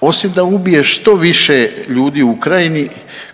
osim da ubije što više ljudi u Ukrajini